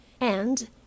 and